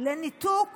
לניתוק